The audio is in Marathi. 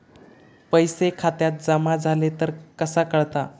पैसे खात्यात जमा झाले तर कसा कळता?